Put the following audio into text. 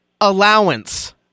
allowance